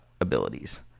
abilities